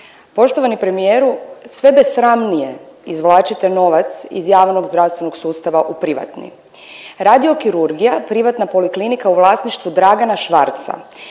Poštovani premijeru, sve besramnije izvlačite novac iz javnog zdravstvenog sustava u privatni. Radiokirurgija privatna poliklinika u vlasništvu Dragana Švarca